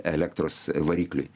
elektros varikliui